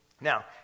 Now